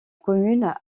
commune